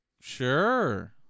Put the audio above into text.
Sure